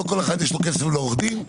לא כל אחד יש לו כסף לעורך דין.